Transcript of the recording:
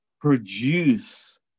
produce